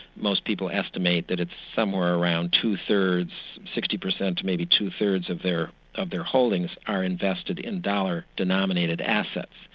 most people estimate that it's somewhere around two-thirds, sixty percent, maybe two-thirds of their of their holdings are invested in dollar-denominated assets.